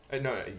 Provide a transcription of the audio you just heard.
No